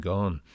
Gone